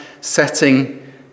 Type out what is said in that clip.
setting